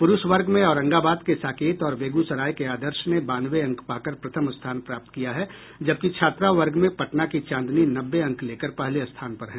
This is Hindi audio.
पुरूष वर्ग में औरंगाबाद के साकेत और बेगूसराय के आदर्श ने बानवे अंक पाकर प्रथम स्थान प्राप्त किया है जबकि छात्रा वर्ग में पटना की चांदनी नब्बे अंक लेकर पहले स्थान पर है